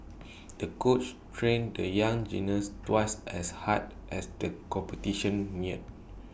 the coach trained the young gymnast twice as hard as the competition neared